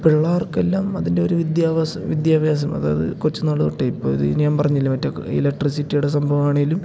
പിള്ളാർക്കെല്ലാം അതിൻ്റെ ഒരു വിദ്യാഭ്യാസം അതായത് കൊച്ചുന്നാള് തൊട്ടെ ഇപ്പോള് ഇത് ഞാന് പറഞ്ഞില്ലെ മറ്റെ ഇലക്ട്രിസിറ്റിയുടെ സംഭവമാണെങ്കിലും